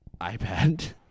iPad